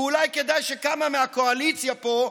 ואולי כדאי שכמה מהקואליציה פה,